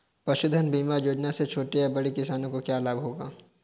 पशुधन बीमा योजना से छोटे या बड़े किसानों को क्या लाभ होगा?